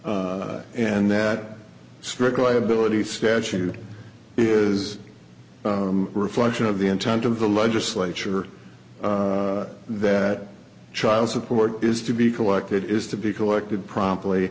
and that strict liability statute is a reflection of the intent of the legislature that child support is to be collected is to be collected promptly